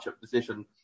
position